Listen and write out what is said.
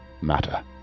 matter